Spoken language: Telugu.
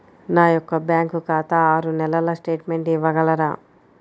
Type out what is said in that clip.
నా యొక్క బ్యాంకు ఖాతా ఆరు నెలల స్టేట్మెంట్ ఇవ్వగలరా?